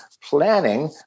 planning